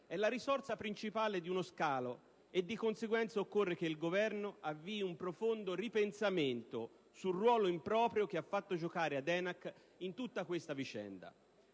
è la risorsa principale di uno scalo e di conseguenza occorre che il Governo avvii un profondo ripensamento sul ruolo improprio che ha fatto giocare ad ENAC in tutta questa vicenda.